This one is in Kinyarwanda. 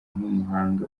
nk’umuhanga